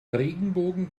regenbogen